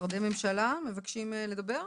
משרדי ממשלה, מבקשים לדבר?